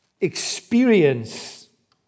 experience